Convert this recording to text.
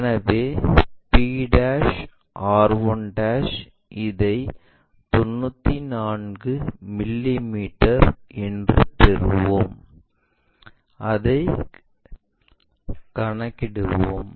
எனவே p r 1 இதை 94 மிமீ என்று பெறுவோம் அதைக் கணக்கிடுவோம்